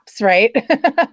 right